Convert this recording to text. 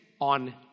on